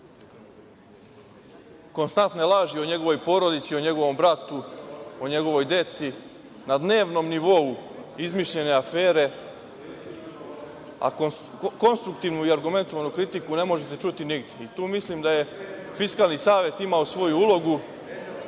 konstantne laži o njegovoj porodici, o njegovom bratu, o njegovoj deci, na dnevnom nivou izmišljene afere, a konstruktivnu i argumentovanu kritiku ne možete čuti nigde. Tu mislim da je Fiskalni savet imao svoju ulogu